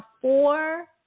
four